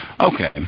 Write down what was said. okay